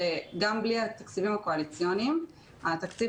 שגם בלי התקציבים הקואליציוניים התקציב